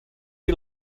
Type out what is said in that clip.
you